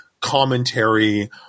commentary